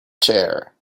chair